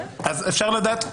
אז אפשר לדעת?